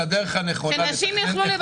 טכנולוגיה חדשה שהופכת אותם מאנלוגי לדיגיטלי.